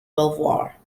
belvoir